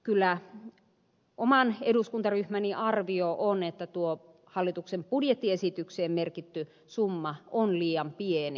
kyllä oman eduskuntaryhmäni arvio on että tuo hallituksen budjettiesitykseen merkitty summa on liian pieni